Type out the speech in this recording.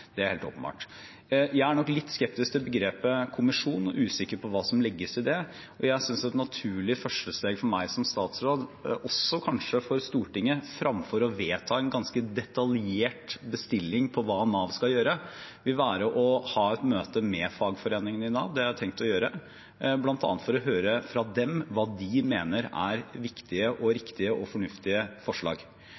Det er helt åpenbart. Jeg er nok litt skeptisk til begrepet «kommisjon» og usikker på hva som legges i det. Jeg synes et naturlig førstesteg for meg som statsråd – og også kanskje for Stortinget – framfor å vedta en ganske detaljert bestilling på hva Nav skal gjøre, vil være å ha et møte med fagforeningene i Nav. Det har jeg tenkt å gjennomføre, bl.a. for å høre fra dem hva de mener er viktige, riktige og